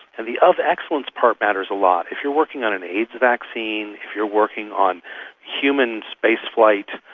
and the of excellence part matters a lot. if you're working on an aids vaccine, if you're working on human spaceflight,